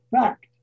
fact